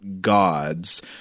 gods –